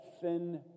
thin